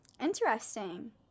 Interesting